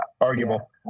arguable